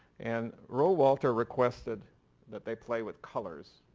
and rohe walter requested that they play with colors,